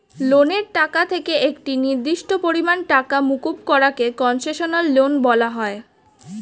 লোনের টাকা থেকে একটি নির্দিষ্ট পরিমাণ টাকা মুকুব করা কে কন্সেশনাল লোন বলা হয়